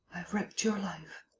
wrecked your life.